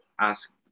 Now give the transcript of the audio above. ask